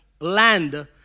land